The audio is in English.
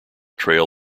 trail